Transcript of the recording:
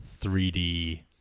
3D